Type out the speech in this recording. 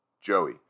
Joey